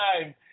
time